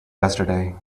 yesterday